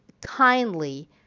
kindly